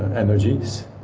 energies.